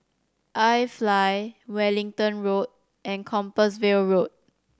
IFly Wellington Road and Compassvale Road